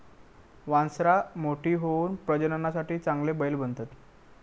वासरां मोठी होऊन प्रजननासाठी चांगले बैल बनतत